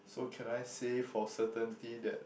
so can I say for certainty that